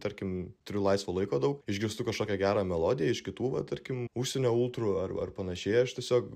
tarkim turiu laisvo laiko daug išgirstu kažkokią gerą melodiją iš kitų va tarkim užsienio ultrų ar ar panašiai aš tiesiog